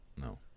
No